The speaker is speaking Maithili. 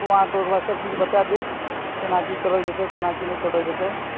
ओ अहाँकेँ ओतऽ सब किछु बता देत केना की करल जेतै केना की नहि करल जेतै